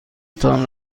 تان